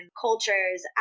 cultures